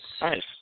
Nice